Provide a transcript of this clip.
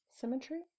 Symmetry